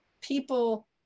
people